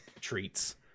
treats